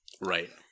Right